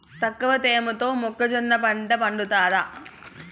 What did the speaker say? తక్కువ తేమతో మొక్కజొన్న పంట పండుతుందా?